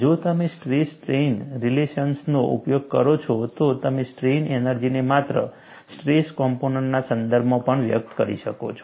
જો તમે stress strain રિલેશન્સનો ઉપયોગ કરો છો તો તમે સ્ટ્રેઇન એનર્જીને માત્ર સ્ટ્રેસ કમ્પોનન્ટ્સના સંદર્ભમાં પણ વ્યક્ત કરી શકો છો